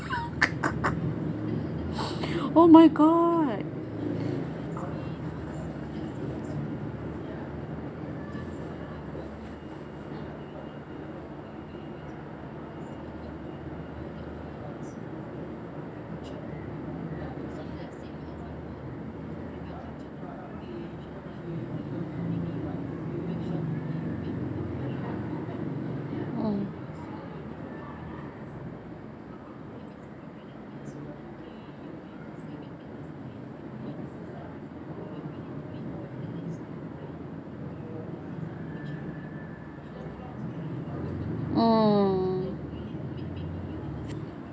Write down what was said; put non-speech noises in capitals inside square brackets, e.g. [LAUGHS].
[LAUGHS] oh my god mm mm